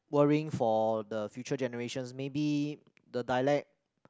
worrying for the future generations maybe the dialect